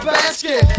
basket